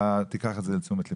אתה תיקח את זה לתשומת ליבך.